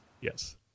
Yes